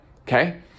Okay